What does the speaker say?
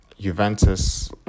Juventus